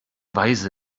weise